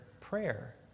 prayer